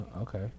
Okay